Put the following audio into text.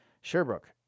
Sherbrooke